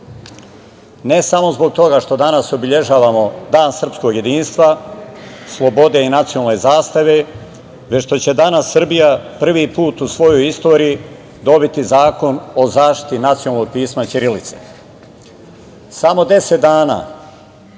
Ne samo zbog toga što danas obeležavamo Dan srpskog jedinstva, slobode i nacionalne zastave, već što će danas Srbija prvi put u svojoj istoriji dobiti zakon o zaštiti nacionalnog pisma i ćirilice. Samo deset dana